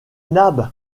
nab